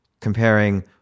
comparing